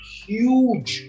huge